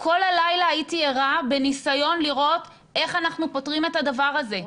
כל הלילה הייתי ערה בניסיון לראות איך אנחנו פותרים את הדבר הזה.